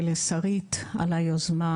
ולשרית, על היוזמה,